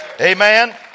Amen